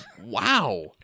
Wow